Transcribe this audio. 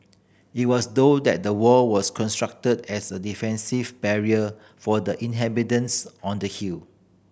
it was though that the wall was constructed as a defensive barrier for the inhabitants on the hill